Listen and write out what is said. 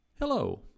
Hello